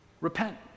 Repent